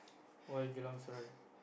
why geylang serai right